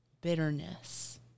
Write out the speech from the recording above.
bitterness